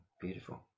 beautiful